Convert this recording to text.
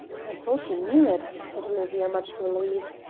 i thought you knew it, said olivia, much relieved,